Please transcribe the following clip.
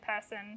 person